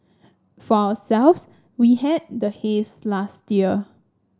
for selves we had the haze last year